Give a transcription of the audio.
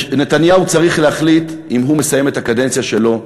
ונתניהו צריך להחליט אם הוא מסיים את הקדנציה שלו,